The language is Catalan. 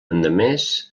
endemés